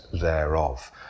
thereof